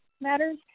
matters